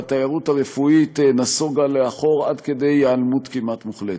והתיירות הרפואית נסוגה לאחור עד כדי היעלמות כמעט מוחלטת.